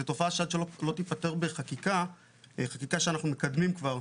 וזו תופעה שעד לא תיפתר בחקיקה שאנחנו מקדמים כבר,